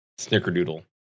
snickerdoodle